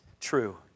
true